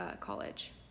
college